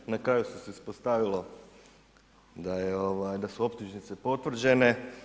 I na kraju se ispostavilo da su optužnice potvrđene.